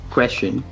question